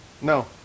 No